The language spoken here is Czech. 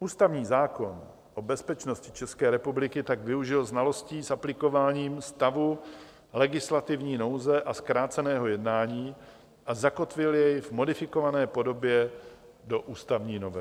Ústavní zákon o bezpečnosti České republiky tak využil znalostí s aplikováním stavu legislativní nouze a zkráceného jednání a zakotvil jej v modifikované podobě do ústavní novely.